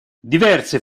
diverse